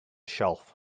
shelf